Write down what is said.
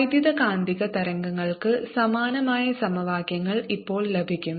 വൈദ്യുതകാന്തിക തരംഗങ്ങൾക്ക് സമാനമായ സമവാക്യങ്ങൾ ഇപ്പോൾ ലഭിക്കും